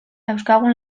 dauzkagun